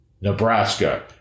Nebraska